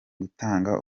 gutanga